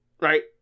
right